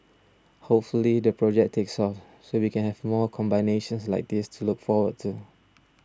hopefully the project takes off so we can have more combinations like this to look forward to